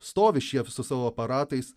stovi šie su savo aparatais